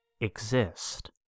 exist